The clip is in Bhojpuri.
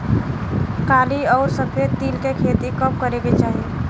काली अउर सफेद तिल के खेती कब करे के चाही?